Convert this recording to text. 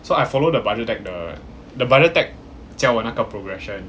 so I follow the budget deck the the budget deck 教我那个 progression